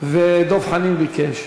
ודב חנין ביקש.